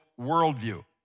worldview